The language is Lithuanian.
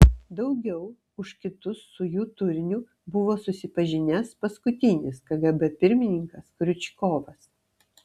daugiau už kitus su jų turiniu buvo susipažinęs paskutinis kgb pirmininkas kriučkovas